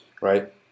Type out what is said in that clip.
right